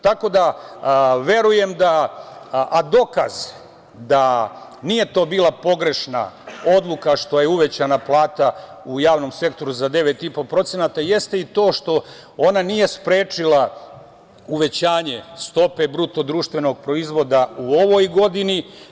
Tako da verujem da, a dokaz da nije to bila pogrešna odluka što je uvećana plata u javnom sektoru za 9,5%, jeste i to što ona nije sprečila uvećanje stope bruto društvenog proizvoda u ovoj godini.